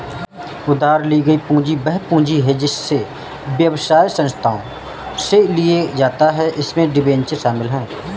उधार ली गई पूंजी वह पूंजी है जिसे व्यवसाय संस्थानों से लिया जाता है इसमें डिबेंचर शामिल हैं